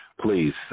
Please